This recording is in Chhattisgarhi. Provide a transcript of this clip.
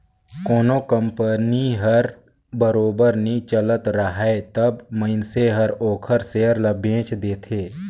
कोनो कंपनी हर बरोबर नी चलत राहय तब मइनसे हर ओखर सेयर ल बेंच देथे